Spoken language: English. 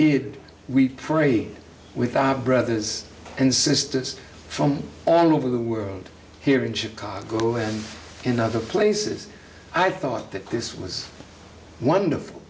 it we prayed with out brothers and sisters from all over the world here in chicago and in other places i thought that this was wonderful